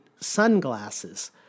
sunglasses